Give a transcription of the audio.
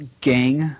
gang